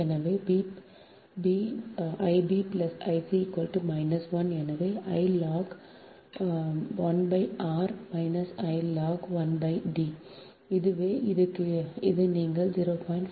எனவே b Ib I c I எனவே I log 1 r I log 1 D எனவே இது நீங்கள் 0